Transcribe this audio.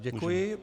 Děkuji.